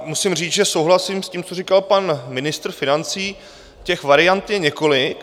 Musím říct, že souhlasím s tím, co říkal pan ministr financí, těch variant je několik.